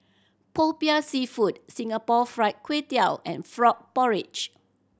Popiah Seafood Singapore Fried Kway Tiao and frog porridge